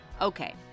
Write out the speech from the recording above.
Okay